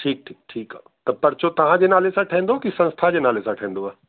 ठीकु ठीकु ठीकु आहे परचो तव्हांजो नाले सां ठहींदो की संस्था जे नाले सां ठहींदो